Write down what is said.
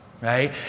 right